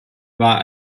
war